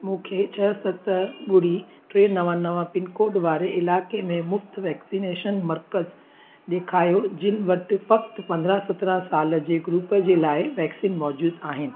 मूंखे छह सत ॿुड़ी टे नव नव पिनकोड वारे इलाइक़े में मुफ़्ति वैक्सिनेशन मर्कज़ ॾेखारियो जिन वटि फ़क़ति पंद्रहं सत्रहं साल जे ग्रुप जे लाइ वैक्सीन मौजूदु आहिनि